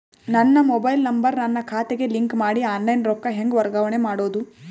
ನನ್ನ mobile number ನನ್ನ ಖಾತೆಗೆ ಲಿಂಕ್ ಮಾಡಿ ಆನ್ಲೈನ್ ರೊಕ್ಕ ಹೆಂಗ ವರ್ಗಾವಣೆ ಮಾಡೋದು?